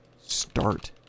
start